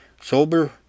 Sober